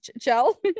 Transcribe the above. Chell